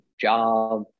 job